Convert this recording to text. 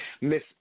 miss